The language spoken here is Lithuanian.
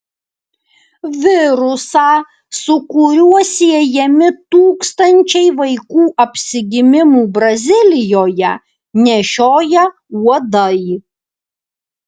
virusą su kuriuo siejami tūkstančiai vaikų apsigimimų brazilijoje nešioja uodai